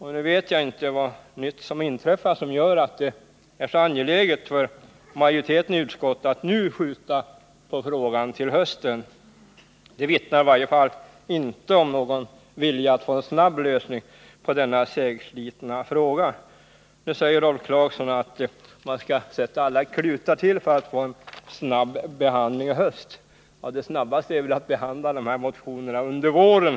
Jag vet inte vad nytt som inträffat som gör att det är så angeläget för majoriteten i utskottet att nu skjuta på frågan till hösten. Det vittnar i varje fall inte om någon vilja till att få en snabb lösning på denna segslitna fråga. Nu säger Rolf Clarkson att man skall sätta till alla klutar för att få en snabb behandling i höst. Men det snabbaste är väl att behandla motionerna under våren.